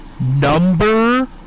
Number